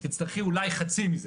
את תצטרכי אולי חצי מזה.